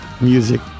music